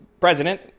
President